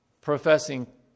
professing